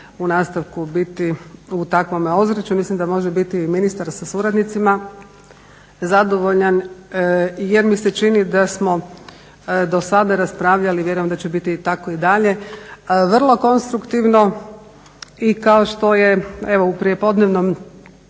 u nastavku biti u takvome ozračju. Mislim da može biti i ministar sa suradnicima zadovoljan, jer mi se čini da smo do sada raspravljali, vjerujem da će biti tako i dalje vrlo konstruktivno. I kao što je, evo u prijepodnevnom